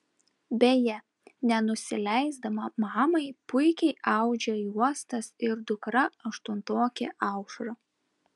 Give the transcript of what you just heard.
beje nenusileisdama mamai puikiai audžia juostas ir dukra aštuntokė aušra